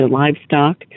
livestock